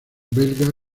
belga